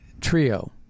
trio